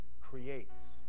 creates